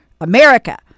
America